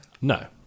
No